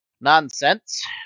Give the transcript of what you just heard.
nonsense